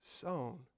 sown